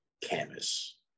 canvas